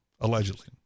allegedly